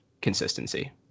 consistency